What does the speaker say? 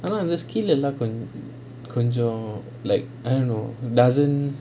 ஆனா அந்த:aanaa antha skill எல்லாம் கொஞ்சம்:ellaam konjam like I don't know doesn't